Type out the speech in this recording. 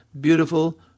beautiful